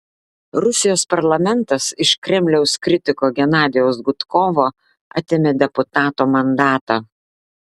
rusijos parlamentas iš kremliaus kritiko genadijaus gudkovo atėmė deputato mandatą